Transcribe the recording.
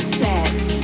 set